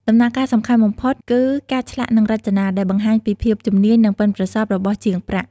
ដំណាក់កាលសំខាន់បំផុតគឺ ការឆ្លាក់និងរចនា ដែលបង្ហាញពីភាពជំនាញ និងប៉ិនប្រសប់របស់ជាងប្រាក់។